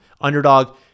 underdog